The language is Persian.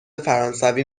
فرانسوی